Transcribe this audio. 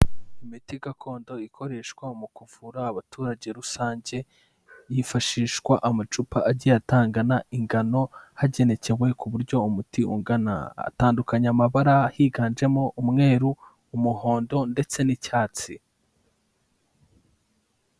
Imiti gakondo ikoreshwa mu kuvura abaturage rusange, hifashishwa amacupa agiye atangana ingano hagenekewe ku buryo umuti ungana, atandukanye amabara higanjemo umweru, umuhondo ndetse n'icyatsi.